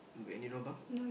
you have any lobang